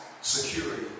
security